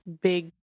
big